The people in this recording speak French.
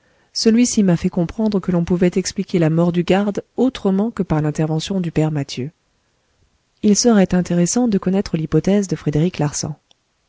celui-ci m'a fait comprendre que l'on pouvait expliquer la mort du garde autrement que par l'intervention du père mathieu il serait intéressant de connaître l'hypothèse de frédéric larsan